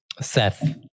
Seth